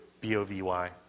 B-O-V-Y